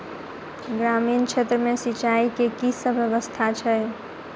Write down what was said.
ग्रामीण क्षेत्र मे सिंचाई केँ की सब व्यवस्था छै?